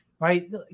right